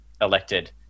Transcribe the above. elected